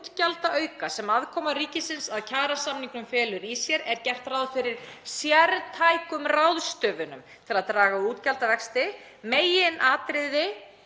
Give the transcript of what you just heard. útgjaldaauka, sem aðkoma ríkisins að kjarasamningunum felur í sér, er gert ráð fyrir sértækum ráðstöfunum til að draga úr útgjaldavexti. Í meginatriðum